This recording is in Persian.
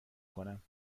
کنم